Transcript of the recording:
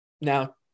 now